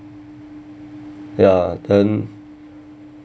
ya then